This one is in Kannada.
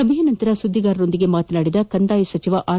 ಸಭೆಯ ನಂತರ ಸುದ್ದಿಗಾರರೊಂದಿಗೆ ಮಾತನಾಡಿದ ಕಂದಾಯ ಸಚಿವ ಆರ್